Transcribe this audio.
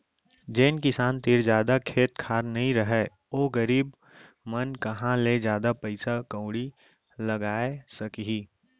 जेन किसान तीर जादा खेत खार नइ रहय ओ गरीब मन कहॉं ले जादा पइसा कउड़ी लगाय सकहीं